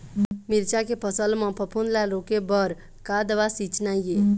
मिरचा के फसल म फफूंद ला रोके बर का दवा सींचना ये?